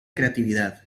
creatividad